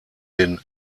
den